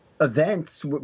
events